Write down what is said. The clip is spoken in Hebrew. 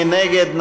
מי נגד?